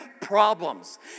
problems